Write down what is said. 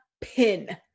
pin